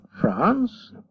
France